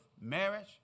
marriage